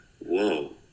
whoa